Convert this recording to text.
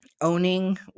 owning